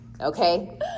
Okay